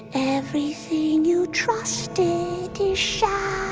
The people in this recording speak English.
everything you trusted is shattered.